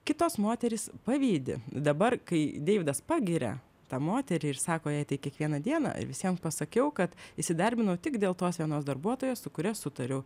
kitos moterys pavydi dabar kai deividas pagiria tą moterį ir sako jai tai kiekvieną dieną ir visiem pasakiau kad įsidarbinau tik dėl tos vienos darbuotojos su kuria sutariu